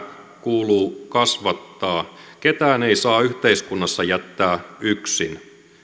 kuuluu kasvattaa ketään ei saa yhteiskunnassa jättää yksin